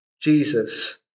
Jesus